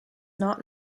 not